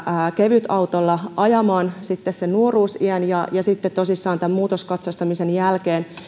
kevytautolla ajamaan sen nuoruusiän ja sitten tosissaan tämän muutoskatsastamisen jälkeen